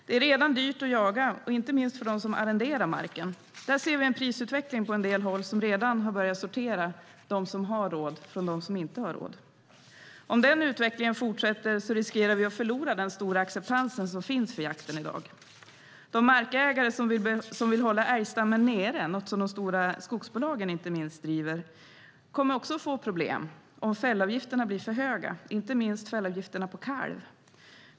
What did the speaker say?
Det är redan dyrt att jaga, inte minst för dem som arrenderar marken. Där ser vi en prisutveckling på en del håll som redan har börjat sortera dem som har råd från dem som inte har råd. Om den utvecklingen fortsätter riskerar vi att förlora den stora acceptansen som finns för jakten i dag. De markägare som vill hålla älgstammen nere, något som inte minst de stora skogsbolagen driver, kommer också att få problem om fällavgifterna blir för höga. Det gäller inte minst fällavgifterna på kalv.